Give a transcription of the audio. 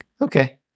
Okay